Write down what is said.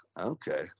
Okay